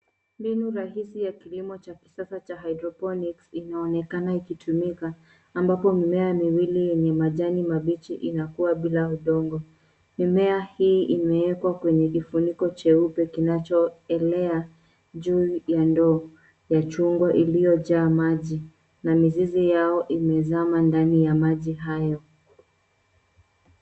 Mbinu rahisi ya kilimo cha kisasa cha hydroponics inaonekana ikitumika ambapo mimea miwili yenye majani mabichi inakuwa bila udongo. Mimea hii imewekwa kwenye kifuniko cheupe kinachoelea juu ya ndoo ya chungwa iliyojaa maji na mizizi yao imezama ndani ya maji hayo.